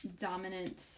dominant